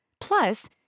Plus